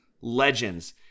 legends